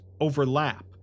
overlap